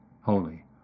holy